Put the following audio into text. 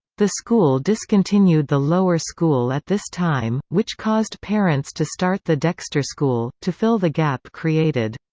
the school discontinued the lower school at this time, which caused parents to start the dexter school, to fill the gap created.